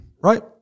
right